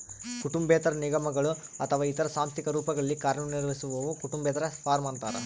ಕುಟುಂಬೇತರ ನಿಗಮಗಳು ಅಥವಾ ಇತರ ಸಾಂಸ್ಥಿಕ ರೂಪಗಳಲ್ಲಿ ಕಾರ್ಯನಿರ್ವಹಿಸುವವು ಕುಟುಂಬೇತರ ಫಾರ್ಮ ಅಂತಾರ